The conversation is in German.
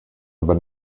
aber